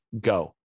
go